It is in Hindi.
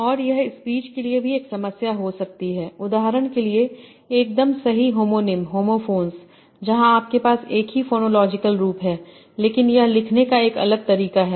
और यह स्पीच के लिए भी एक समस्या हो सकती है संदर्भ समय १२२६ उदाहरण के लिए एकदम सही होमोनिम होमोफोन्स जहाँ आपके पास एक ही फोनोलॉजिकल रूप है लेकिन यह लिखने का एक अलग तरीका है